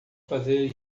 fazer